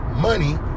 money